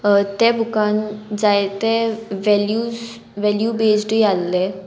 त्या बुकान जायते वेल्यूज वेल्यू बेज्डूय आहले